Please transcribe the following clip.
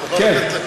כן, מה?